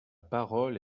parole